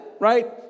right